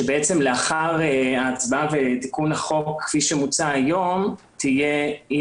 שבעצם לאחר ההצבעה ותיקון החוק כפי שמוצע היום תהיה אי